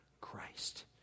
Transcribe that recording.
Christ